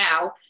now